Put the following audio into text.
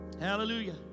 Hallelujah